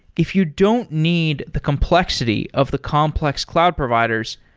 if you don't need the complexity of the complex cloud providers,